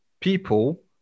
people